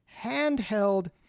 handheld